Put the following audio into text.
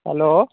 hello